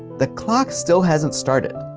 the clock still hasn't started.